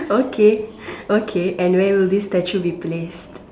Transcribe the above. okay okay and where would this statue be placed